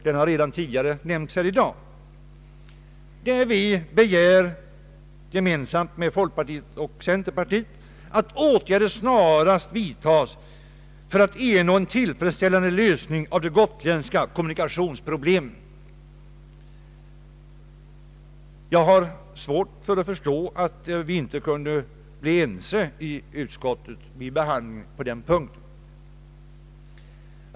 Den har redan tidigare nämnts här i dag. I reservationen begär vi tillsammans med folkpartiet och centerpartiet att åtgärder snarast vidtas för att ernå en tillfredsställande lösning av det gotländska kommunikationsproblemet. Jag har svårt att förstå att vi inte kunde bli ense i utskottet vid behandlingen av denna fråga.